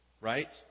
Right